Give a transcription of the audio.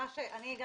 אני גם